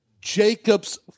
Jacob's